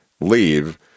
leave